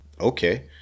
Okay